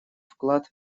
вклад